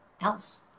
else